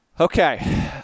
Okay